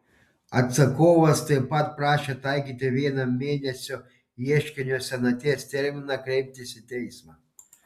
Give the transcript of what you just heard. atsakovas taip pat prašė taikyti vieno mėnesio ieškinio senaties terminą kreiptis į teismą